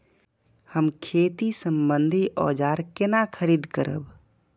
हम खेती सम्बन्धी औजार केना खरीद करब?